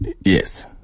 yes